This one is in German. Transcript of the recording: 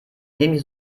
die